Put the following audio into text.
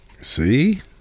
See